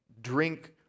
drink